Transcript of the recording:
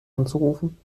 anzurufen